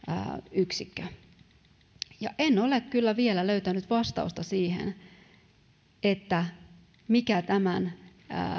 yksikkö en ole kyllä vielä löytänyt vastausta siihen mikä tämän